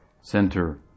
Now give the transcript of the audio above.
center